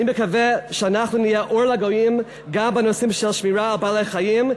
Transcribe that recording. אני מקווה שאנחנו נהיה אור לגויים גם בנושאים של שמירה על בעלי-חיים,